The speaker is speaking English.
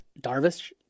Darvish